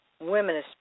women